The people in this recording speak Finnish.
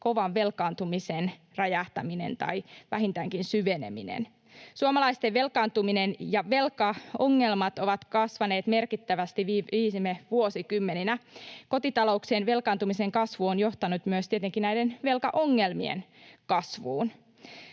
kovan velkaantumisen räjähtäminen tai vähintäänkin syveneminen. Suomalaisten velkaantuminen ja velkaongelmat ovat kasvaneet merkittävästi viime vuosikymmeninä. Kotitalouksien velkaantumisen kasvu on johtanut tietenkin myös velkaongelmien kasvuun.